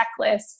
checklist